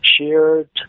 shared